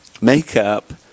makeup